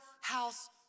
house